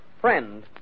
Friend